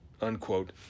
unquote